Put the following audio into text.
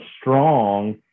strong